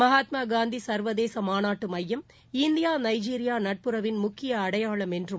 மகாத்மாகாந்தி சர்வதேச மாநாட்டு மையம் இந்தியா நைஜீரியா நட்புறவின் முக்கிய அடையாளம் என்றும்